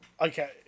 Okay